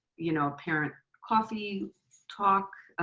you know parent coffee talk,